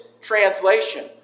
translation